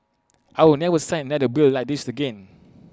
I will never sign another bill like this again